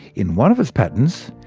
in one of its patents,